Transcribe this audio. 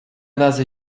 razy